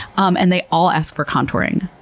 um and they all asked for contouring.